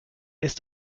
ist